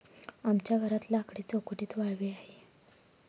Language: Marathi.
आमच्या घरात लाकडी चौकटीत वाळवी आहे